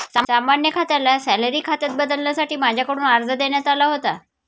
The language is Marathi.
सामान्य खात्याला सॅलरी खात्यात बदलण्यासाठी माझ्याकडून अर्ज देण्यात आला होता